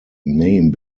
name